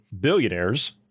billionaires—